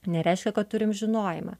nereiškia kad turim žinojimą